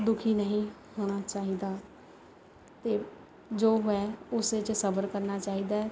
ਦੁਖੀ ਨਹੀਂ ਹੋਣਾ ਚਾਹੀਦਾ ਅਤੇ ਜੋ ਹੈ ਉਸੇ 'ਚ ਸਬਰ ਕਰਨਾ ਚਾਹੀਦਾ ਹੈ